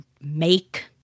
make